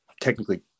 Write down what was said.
technically